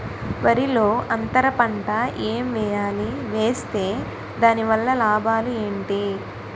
వరిలో అంతర పంట ఎం వేయాలి? వేస్తే దాని వల్ల లాభాలు ఏంటి?